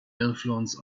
influence